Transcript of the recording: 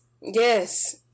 Yes